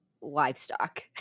livestock